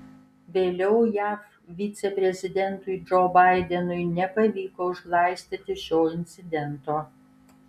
vėliau jav viceprezidentui džo baidenui nepavyko užglaistyti šio incidento